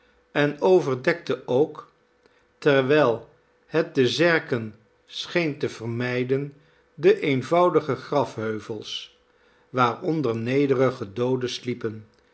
en overdekte ook terwijl het de zerken scheen te vermijden de eenvoudige graf heuvels waaronder nederige dooden sliepen